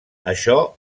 això